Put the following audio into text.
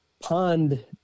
pond